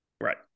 Right